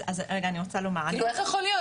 איך יכול להיות?